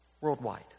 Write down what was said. worldwide